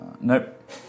Nope